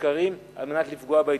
ושקרים על מנת לפגוע בהתיישבות.